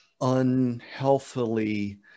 unhealthily